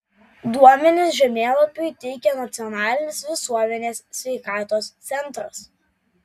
duomenis žemėlapiui teikia nacionalinis visuomenės sveikatos centras